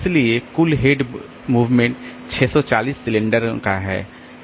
इसलिए कुल head movement 640 सिलेंडरों का है